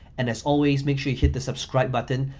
and as always, make sure you hit the subscribe button,